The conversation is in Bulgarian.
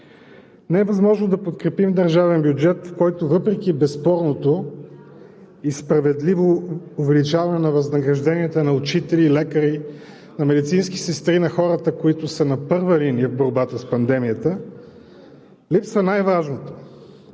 Не е възможно да подкрепим държавен бюджет, въпреки безспорното и справедливо увеличаване на възнагражденията на учители, лекари, медицински сестри, хората, които са на първа линия в борбата с пандемията. Липсва най-важното